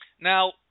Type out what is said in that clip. Now